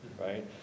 right